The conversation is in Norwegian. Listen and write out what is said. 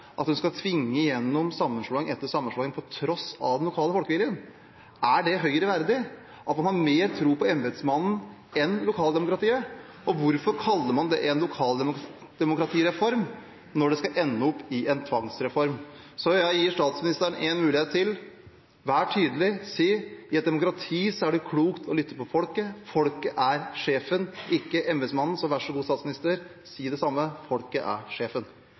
at hun skal tvinge igjennom sammenslåing etter sammenslåing på tross av den lokale folkeviljen? Er det Høyre verdig at man har mer tro på embetsmannen enn på lokaldemokratiet? Hvorfor kaller man det en lokaldemokratireform, når det skal ende i en tvangsreform? Jeg gir statsministeren én mulighet til. Vær tydelig, si: I et demokrati er det klokt å lytte til folket, folket er sjefen, ikke embetsmannen. Vær så god, statsminister, si det samme: Folket er sjefen.